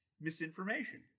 misinformation